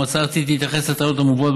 המועצה הארצית תתייחס לטענות המובאות